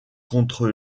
contre